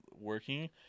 working